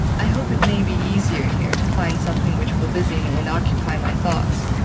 i hope it may be easier here to find something which will busy me and occupy my thoughts.